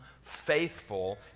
faithful